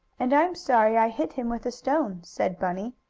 and i'm sorry i hit him with a stone, said bunny,